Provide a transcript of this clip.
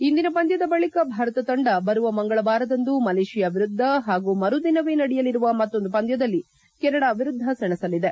ಇಂದಿನ ಪಂದ್ಯದ ಬಳಿಕ ಭಾರತ ತಂಡ ಬರುವ ಮಂಗಳವಾರದಂದು ಮಲೇಷಿಯಾ ವಿರುದ್ದ ಹಾಗೂ ಮರು ದಿನವೇ ನಡೆಯಲಿರುವ ಪಂದ್ಯದಲ್ಲಿ ಕೆನಡಾ ವಿರುದ್ದ ಸೆಣಸಲಿದೆ